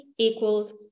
Equals